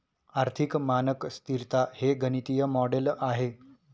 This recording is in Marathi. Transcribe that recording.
आर्थिक मानक स्तिरता हे गणितीय मॉडेल आहे